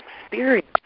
experience